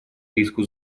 риску